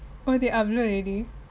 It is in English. oh they upload already